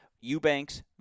Eubanks